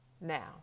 Now